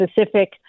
specific